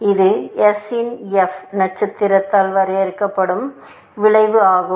இது s இன் f நட்சத்திரத்தால் வரையறுக்கப்படும் வளைவு ஆகும்